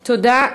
תודה.